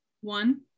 one